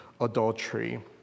adultery